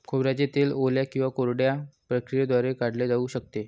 खोबऱ्याचे तेल ओल्या किंवा कोरड्या प्रक्रियेद्वारे काढले जाऊ शकते